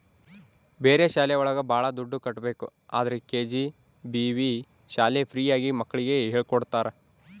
ಬೇರೆ ಶಾಲೆ ಒಳಗ ಭಾಳ ದುಡ್ಡು ಕಟ್ಬೇಕು ಆದ್ರೆ ಕೆ.ಜಿ.ಬಿ.ವಿ ಶಾಲೆ ಫ್ರೀ ಆಗಿ ಮಕ್ಳಿಗೆ ಹೇಳ್ಕೊಡ್ತರ